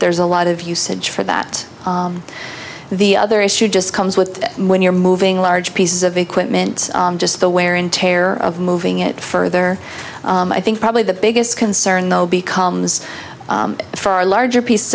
there's a lot of usage for that the other issue just comes with when you're moving large pieces of equipment just the wear and tear of moving it further i think probably the biggest concern though becomes far larger piece